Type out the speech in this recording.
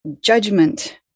judgment